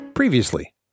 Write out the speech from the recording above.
Previously